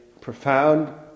profound